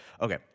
Okay